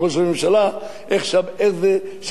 איך זה שיש לנו כזו בעיה בתל-אביב.